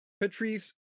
Patrice